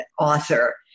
author